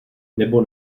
nebo